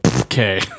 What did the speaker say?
Okay